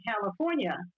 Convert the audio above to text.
California